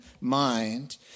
mind